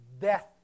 death